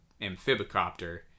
amphibicopter